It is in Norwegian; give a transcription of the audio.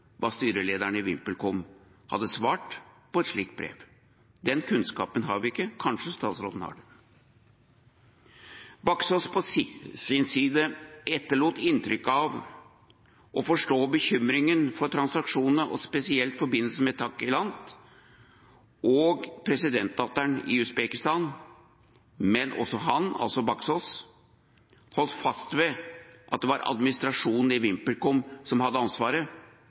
hva styrelederen i VimpelCom hadde svart på et slikt brev. Den kunnskapen har vi ikke, kanskje statsråden har det. Baksaas på sin side etterlot inntrykk av å forstå bekymringa for transaksjonene og spesielt forbindelsen med Takilant og presidentdatteren i Usbekistan, men også han – altså Baksaas – holdt fast ved at det var administrasjonen i VimpelCom som hadde ansvaret,